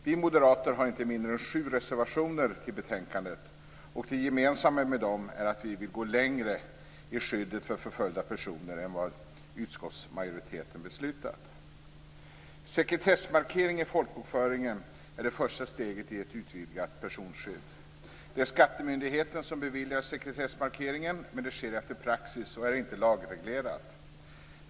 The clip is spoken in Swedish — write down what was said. Vi moderater har inte mindre än sju reservationer i betänkandet, och det gemensamma för dem är att vi vill gå längre i skyddet av förföljda personer än vad utskottsmajoriteten beslutat. Sekretessmarkering i folkbokföringen är det första steget i ett utvidgat personskydd. Det är skattemyndigheten som beviljar sekretessmarkeringen, men det sker efter praxis och är inte lagreglerat.